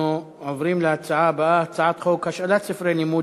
אנחנו עוברים להצעה הבאה: הצעת חוק השאלת ספרי לימוד